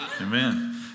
Amen